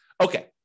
Okay